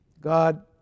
God